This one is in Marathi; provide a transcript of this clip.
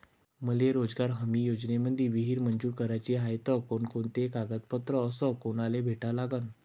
मले रोजगार हमी योजनेमंदी विहीर मंजूर कराची हाये त कोनकोनते कागदपत्र अस कोनाले भेटा लागन?